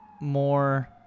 more